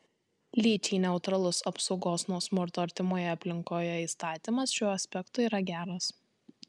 lyčiai neutralus apsaugos nuo smurto artimoje aplinkoje įstatymas šiuo aspektu yra geras